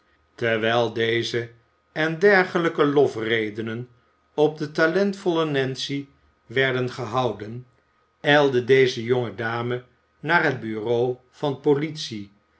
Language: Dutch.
terwijl deze en dergelijke lofredenen op de talentvolle nancy werden gehouden ijlde deze jonge dame naar het bureau van politie